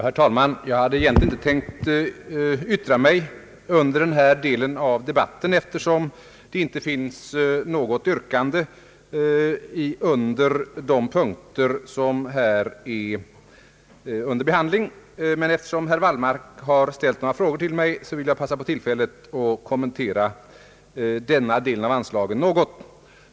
Herr talman! Jag hade egentligen inte tänkt yttra mig under denna del av debatten, då det inte finns något yrkande under den punkt som här behandlas, men eftersom herr Wallmark ställt några frågor till mig, vill jag passa på tillfället att kommentera denna del av anslaget något.